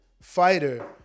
fighter